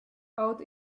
out